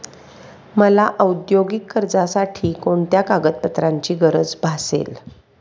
मला औद्योगिक कर्जासाठी कोणत्या कागदपत्रांची गरज भासेल?